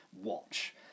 watch